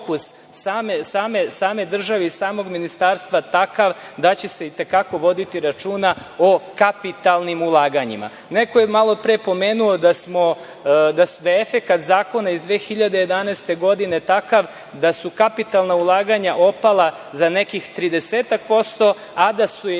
same države i samog ministarstva takav da će se i te kako voditi računa o kapitalnim ulaganjima. Neko je malopre pomenuo da je efekat zakona iz 2011. godine takav da su kapitalna ulaganja opala za nekih 30%, a da su